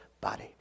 body